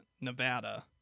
nevada